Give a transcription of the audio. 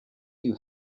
you